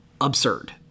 absurd